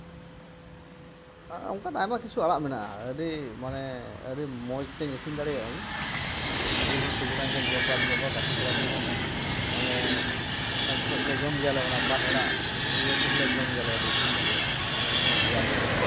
ᱚᱱᱠᱟᱱ ᱟᱭᱢᱟ ᱠᱤᱪᱷᱩ ᱟᱲᱟᱜ ᱢᱮᱱᱟᱜᱼᱟ ᱟᱹᱰᱤ ᱢᱟᱱᱮ ᱟᱹᱰᱤ ᱢᱚᱡᱽ ᱛᱤᱧ ᱤᱥᱤᱱ ᱫᱟᱲᱮᱭᱟᱜᱼᱟᱹᱧ ᱟᱨ ᱥᱤᱵᱤᱞ ᱦᱚᱸ ᱥᱤᱵᱤᱞᱟ ᱚᱱᱠᱟᱧ ᱡᱚᱢ ᱵᱟᱲᱟ ᱦᱚᱪᱚᱣ ᱠᱟᱜ ᱠᱚᱣᱟ ᱜᱟᱛᱮ ᱠᱚᱲᱟ ᱠᱚᱦᱚᱸ ᱢᱟᱱᱮ ᱚᱠᱟ ᱡᱚᱠᱷᱚᱱ ᱞᱮ ᱡᱚᱢ ᱜᱮᱭᱟ ᱚᱱᱟ ᱯᱟᱴ ᱟᱲᱟᱜ ᱤᱭᱟᱹ ᱠᱚᱦᱚᱸ ᱞᱮ ᱡᱚᱢ ᱜᱮᱭᱟᱞᱮ ᱟᱹᱰᱤ ᱤᱥᱤᱱ ᱠᱟᱛᱮᱫ ᱢᱟᱱᱮ ᱮᱢᱱᱤ ᱵᱷᱟᱡᱟ ᱜᱮ